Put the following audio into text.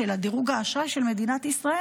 של דירוג האשראי של מדינת ישראל,